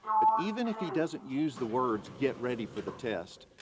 but even if he doesn't use the words get ready for the test,